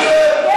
עלי.